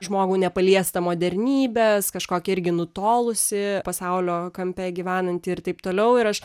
žmogų nepaliestą modernybės kažkokį irgi nutolusį pasaulio kampe gyvenantį ir taip toliau ir aš